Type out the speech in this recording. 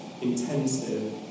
intensive